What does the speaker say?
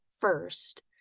first